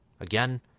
Again